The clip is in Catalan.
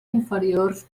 inferiors